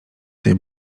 tej